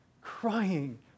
crying